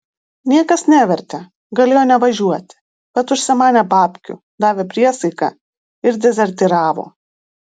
niekas nevertė galėjo nevažiuoti bet užsimanė babkių davė priesaiką ir dezertyravo